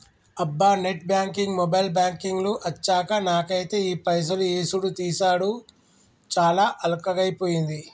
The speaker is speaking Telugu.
అబ్బా నెట్ బ్యాంకింగ్ మొబైల్ బ్యాంకింగ్ లు అచ్చాక నాకైతే ఈ పైసలు యేసుడు తీసాడు చాలా అల్కగైపోయింది